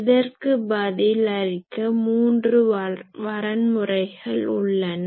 இதற்கு பதிலளிக்க மூன்று வரன்முறைகள் உள்ளன